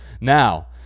Now